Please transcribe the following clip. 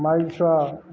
ମାଈ ଛୁଆ